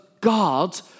God